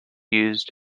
used